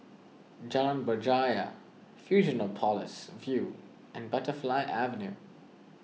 Jalan Berjaya Fusionopolis View and Butterfly Avenue